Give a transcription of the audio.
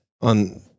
on